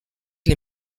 les